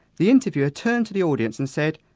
the interviewer turned to the audience and said,